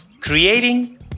creating